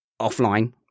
offline